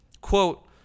Quote